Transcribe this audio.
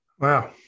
Wow